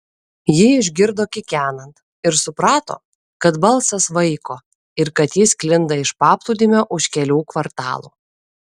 ji išgirdo kikenant ir suprato kad balsas vaiko ir kad jis sklinda iš paplūdimio už kelių kvartalų